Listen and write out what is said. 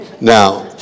Now